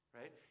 right